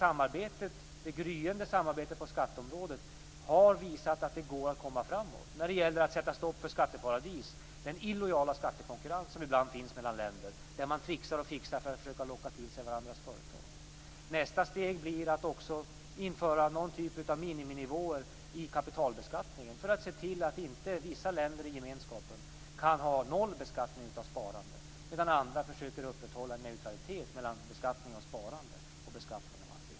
Det gryende europeiska samarbetet på skatteområdet har visat att det går att komma framåt när det gäller att sätta stopp för skatteparadis. Man kan stoppa den illojala skattekonkurrens som finns mellan länder, där man tricksar och fixar för att försöka locka till sig varandras företag. Nästa steg blir att också införa någon typ av miniminivåer i kapitalbeskattningen för att se till att inte vissa länder i gemenskapen kan ha noll beskattning av sparande, medan andra försöker upprätthålla neutralitet mellan beskattning av sparande och beskattning av arbete.